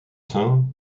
saints